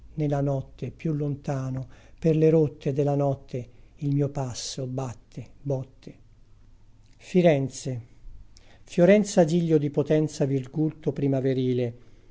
la notte più lontano per le rotte de la notte il mio passo batte botte canti orfici dino campana firenze fiorenza giglio di potenza virgulto primaverile